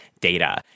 data